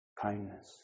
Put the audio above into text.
kindness